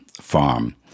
farm